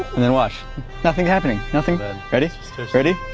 and then watch nothing happening nothing but ready ready